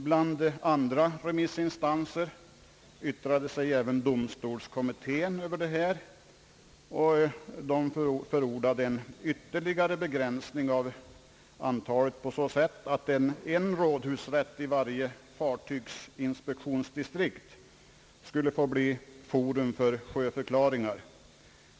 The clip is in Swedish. Bland andra remissinstanser yttrade sig domstolskommittén över detta förslag och förordade en ytterligare begränsning av antalet behöriga domstolar på så sätt att en rådhusrätt i varje fartygsinspektionsdistrikt skulle bli forum för sjöförklaring.